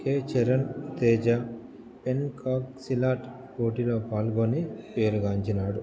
కే Chiran Teja pencak silat పోటీలో పాల్గొని పేరుగాంచినాడు